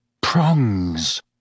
prongs